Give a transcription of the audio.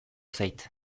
zait